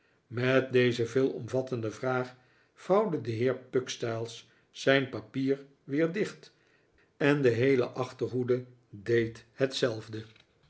met deze veelomvattende vraag vouwde de heer pugstyles zijn papier weer dicht en de heele achterhoede deed hetzelfde